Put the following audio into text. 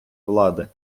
влади